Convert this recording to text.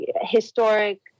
historic